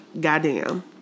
goddamn